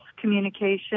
communication